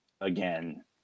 again